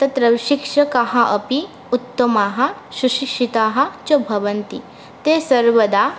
तत्र शिक्षकाः अपि उत्तमाः शुशिक्षिताः च भवन्ति ते सर्वदा